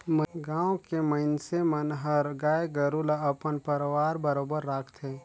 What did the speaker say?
गाँव के मइनसे मन हर गाय गोरु ल अपन परवार बरोबर राखथे